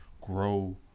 grow